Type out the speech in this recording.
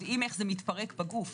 איך זה מתפרק בגוף.